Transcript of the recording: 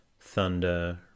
thunder